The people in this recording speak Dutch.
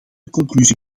conclusie